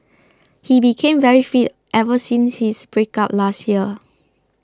he became very fit ever since his breakup last year